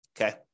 Okay